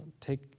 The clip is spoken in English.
take